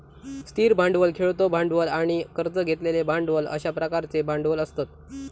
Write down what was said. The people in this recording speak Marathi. स्थिर भांडवल, खेळतो भांडवल आणि कर्ज घेतलेले भांडवल अश्या प्रकारचे भांडवल असतत